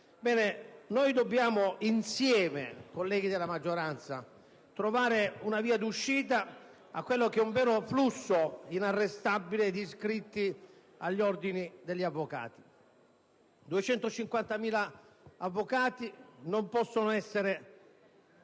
noi dobbiamo insieme, colleghi della maggioranza, trovare una via di uscita a quello che è un vero flusso inarrestabile di iscritti agli Ordini degli avvocati: 250.000 avvocati non possono essere